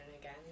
again